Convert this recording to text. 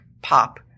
Pop